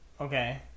Okay